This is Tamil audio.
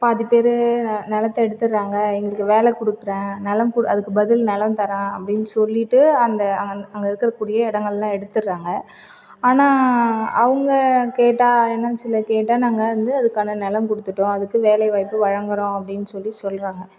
பாதி பேரு நிலத்த எடுத்துகிறாங்க எங்களுக்கு வேலை கொடுக்கிற நிலங் கு அதுக்கு பதில் நிலம் தரேன் அப்படினு சொல்லிட்டு அந்த அங்கே இருக்கக்கூடிய இடங்கள்லாம் எடுத்துகிறாங்க ஆனால் அவங்கள் கேட்டால் என்எல்சியில் கேட்டால் நாங்கள் வந்து அதக்கான நிலம் கொடுத்துட்டோம் அதுக்கு வேலை வாய்ப்பு வழங்குகிறோம் அப்படின்னு சொல்லி சொல்றாங்கள்